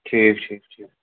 ٹھیٖک ٹھیٖک ٹھیٖک